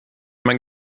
man